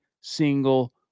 single